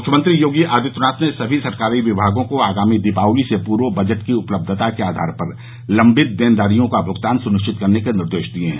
मुख्यमंत्री योगी आदित्यनाथ ने समी सरकारी विमागों को आगामी दीपावली से पूर्व बजट की उपलब्धता के आधार पर लंबित देनदारियों का भुगतान सुनिश्चित करने के निर्देश दिये हैं